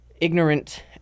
ignorant